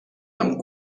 amb